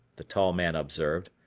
the tall man observed.